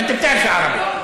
(אומר דברים בשפה הערבית,